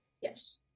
Yes